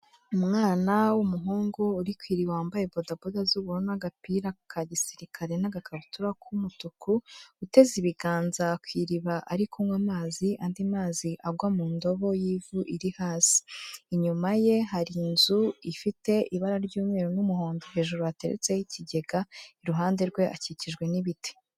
Umwana w'umuhungu uri ku iriba wambaye bodaboda z'ubururu n'agapira ka gisirikare n'agakabutura k'umutuku, uteze ibiganza ku iriba ari kunywa amazi, andi mazi agwa mu ndobo y'ivu iri hasi. Inyuma ye hari inzu ifite ibara ry'umweru n'umuhondo, hejuru hateretseho ikigega, iruhande rwe akikijwe n'ibiti.